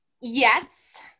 Yes